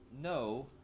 no